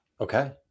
Okay